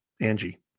Angie